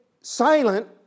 silent